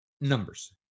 numbers